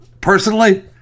personally